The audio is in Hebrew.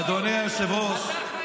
אדוני היושב-ראש,